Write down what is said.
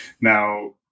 now